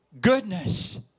goodness